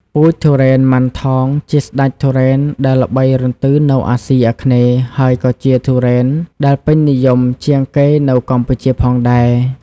ពូជទុរេនម៉ាន់ថងជាស្តេចទុរេនដែលល្បីរន្ទឺនៅអាស៊ីអាគ្នេយ៍ ហើយក៏ជាទុរេនដែលពេញនិយមជាងគេនៅកម្ពុជាផងដែរ។